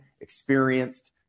experienced